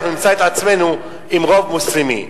אנחנו נמצא את עצמנו עם רוב מוסלמי.